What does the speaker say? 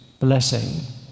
blessing